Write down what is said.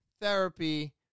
therapy